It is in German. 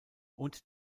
und